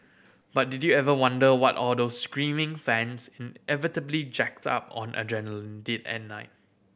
but did you ever wonder what all those screaming fans inevitably jacked up on adrenaline did at night